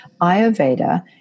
Ayurveda